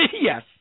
Yes